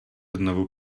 znovu